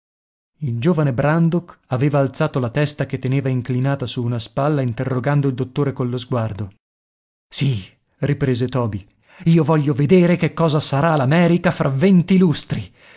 il giovane brandok aveva alzato la testa che teneva inclinata su una spalla interrogando il dottore collo sguardo sì riprese toby io voglio vedere che cosa sarà l'america fra venti lustri